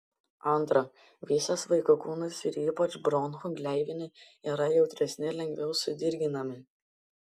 antra visas vaiko kūnas ir ypač bronchų gleivinė yra jautresni lengviau sudirginami